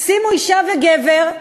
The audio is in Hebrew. שימו אישה וגבר,